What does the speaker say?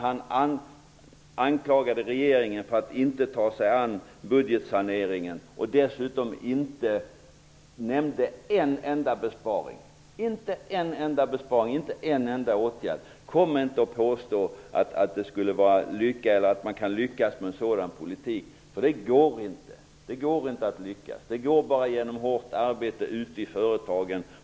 Han anklagade regeringen för att inte ta sig an budgetsaneringen. Dessutom nämnde han inte en enda besparing, inte en enda åtgärd. Kom inte och påstå att man kan lyckas med en sådan politik! Det går inte. Man kan bara lyckas genom hårt arbete ute i företagen.